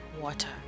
water